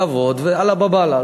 לעבוד ועלא באב אללה.